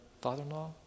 father-in-law